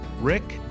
rick